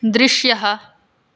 दृश्यः